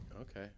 Okay